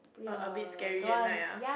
err a bit scary at night ah